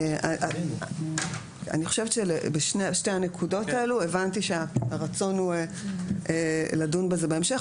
אני חושבת שבשתי הנקודות הבנתי שהרצון הוא לדון בזה בהמשך.